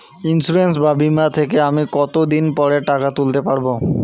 Insurance বা বিমা থেকে আমি কত দিন পরে টাকা তুলতে পারব?